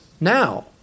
now